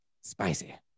Spicy